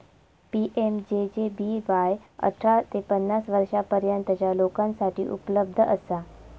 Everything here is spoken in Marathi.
पी.एम.जे.जे.बी.वाय अठरा ते पन्नास वर्षांपर्यंतच्या लोकांसाठी उपलब्ध असा